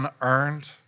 unearned